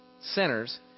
sinners